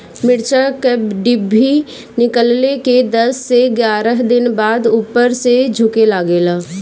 मिरचा क डिभी निकलले के दस से एग्यारह दिन बाद उपर से झुके लागेला?